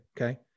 okay